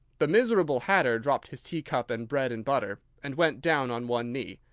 the miserable hatter dropped his teacup and bread-and-butter, and went down on one knee.